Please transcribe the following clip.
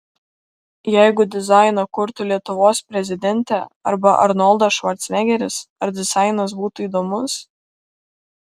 jeigu dizainą kurtų lietuvos prezidentė arba arnoldas švarcnegeris ar dizainas būtų įdomus